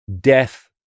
death